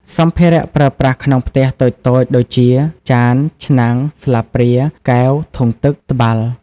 សម្ភារៈប្រើប្រាស់ក្នុងផ្ទះតូចៗដូចជា ចាន ឆ្នាំង ស្លាបព្រា កែវ ធុងទឹក ត្បាល់ ។